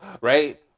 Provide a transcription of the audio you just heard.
right